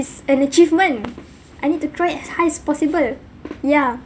it's an achievement I need to throw it as high as possible ya